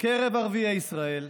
בקרב ערביי ישראל,